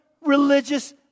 religious